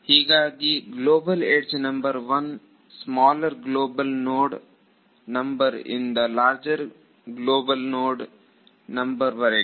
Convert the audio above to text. ಹೀಗಾಗಿ global edge number 1 smaller global node number ಇಂದ larger node number ವರೆಗೆ